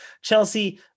Chelsea